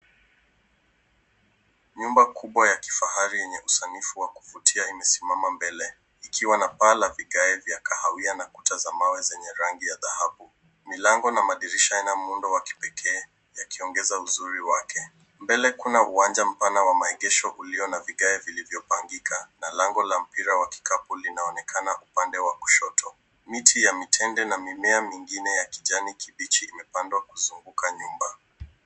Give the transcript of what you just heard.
Nyumba kubwa ya kifahari yenye usanifu wa kuvutia imesimama mbele ikiwa na paa la vigae vya kahawia na kuta za mawe zenye rangi ya dhahabu. Milango na madirisha yana muundo wa kipekee yakiongeza uzuri wake. Mbele kuna uwanja mpana wa maegesho ulio na vigae vilivyopangika na lango la mpira wa kikapu linaonekana upande wa kushoto. Michi ya mitende na mimea mingine ya kijani kibichi imepandwa kuzunguka nyumba.